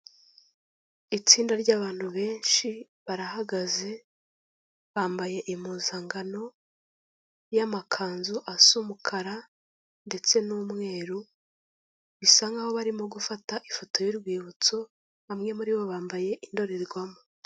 Itsinda ry'abantu benshi barahagaze, bambaye impuzankano y'amakanzu asa umukara ndetse n'umweru, bisa nk'aho barimo gufata ifoto y'urwibutso, bamwe muri bo bambaye indorerwamo.